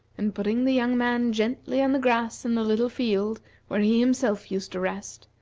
and putting the young man gently on the grass in the little field where he himself used to rest,